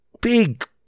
big